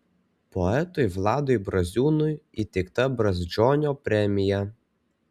poetui vladui braziūnui įteikta brazdžionio premija